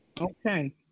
Okay